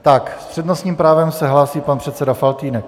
S přednostním právem se hlásí pan předseda Faltýnek.